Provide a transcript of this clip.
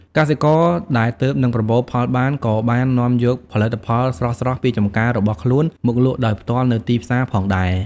កសិករដែលទើបនឹងប្រមូលផលបាន ក៏បាននាំយកផលិតផលស្រស់ៗពីចម្ការរបស់ខ្លួនមកលក់ដោយផ្ទាល់នៅទីផ្សារផងដែរ។